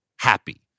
happy